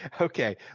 okay